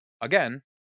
Again